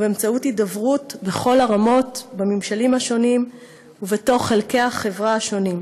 באמצעות הידברות בכל הרמות בממשלים השונים ובתוך חלקי החברה השונים,